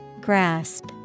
Grasp